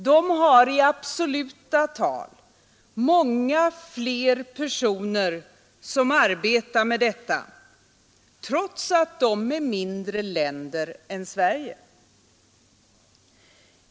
De har i absoluta tal många fler personer som arbetar med detta, trots att de är mindre länder än Sverige.